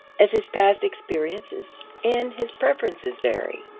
as his past experiences and his preferences vary.